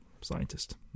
Scientist